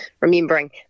remembering